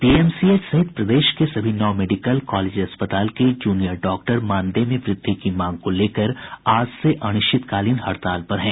PMCH सहित प्रदेश के सभी नौ मेडिकल कॉलेज अस्पताल के जूनियर डॉक्टर मानदेय में वृद्धि की मांग को लेकर आज से अनिश्चितकालीन हड़ताल पर हैं